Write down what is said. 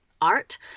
art